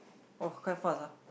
oh quite fast ah